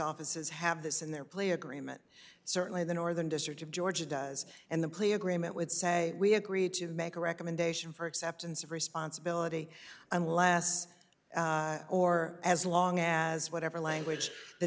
offices have this in their play agreement certainly the northern district of georgia does and the plea agreement would say we agree to make a recommendation for acceptance of responsibility and last or as long as whatever language the